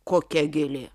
kokia gėlė